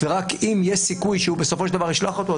ורק אם יש סיכוי שהוא בסופו של דבר ישלח אותו,